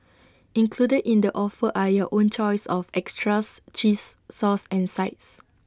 included in the offer are your own choice of extras cheese sauce and sides